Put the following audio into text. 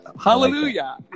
Hallelujah